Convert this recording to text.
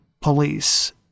police